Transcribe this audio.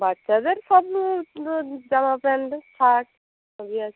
বাচ্চাদের সব জামা প্যান্ট শার্ট সবই আছে